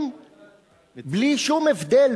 בלי שום הבדל,